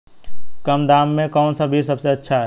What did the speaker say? कम दाम में कौन सा बीज सबसे अच्छा है?